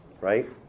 Right